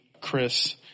chris